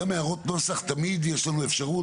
גם הערות נוסח, תמיד יש לנו אפשרות.